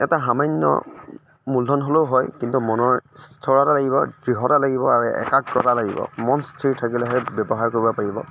এটা সামান্য় মূলধন হ'লেও হয় কিন্তু মনৰ স্থিৰতা লাগিব দৃঢ়তা লাগিব আৰু একাগ্ৰতা লাগিব মন স্থিৰ থাকিলেহে ব্য়ৱসায় কৰিব পাৰিব